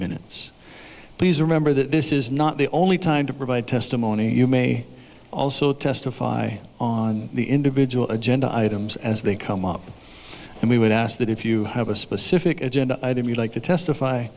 please remember that this is not the only time to provide testimony you may also testify on the individual agenda items as they come up and we would ask that if you have a specific agenda item you'd like to testify